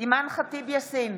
אימאן ח'טיב יאסין,